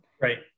right